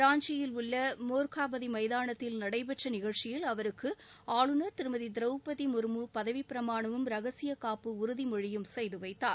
ராஞ்சியில் உள்ள மோர்காபாதி மைதானத்தில் நடைபெற்ற நிகழ்ச்சியில் அவருக்கு ஆளுநர் திரௌபதி முர்மு பதவிப்பிரமாணமும் ரகசியக்காப்பு உறுதிமொழியும் செய்து வைத்தார்